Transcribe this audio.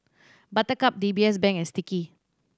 Buttercup D B S Bank and Sticky